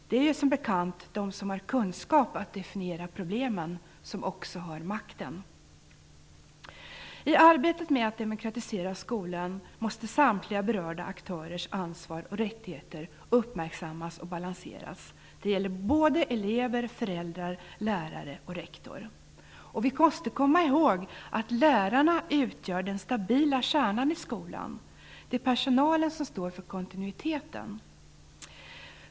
Det är ju som bekant de som har kunskap att definiera problemen som också har makten. I arbetet med att demokratisera skolan måste samtliga berörda aktörers ansvar och rättigheter uppmärksammas och balanseras. Det gäller elever, föräldrar, lärare och rektor. Vi måste komma ihåg att lärarna utgör den stabila kärnan i skolan. Det är personalen som står för kontinuiteten.